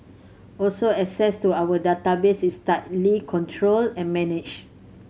also access to our database is tightly controlled and managed